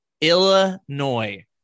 Illinois